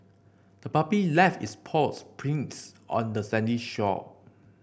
the puppy left its paw prints on the sandy shore